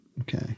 Okay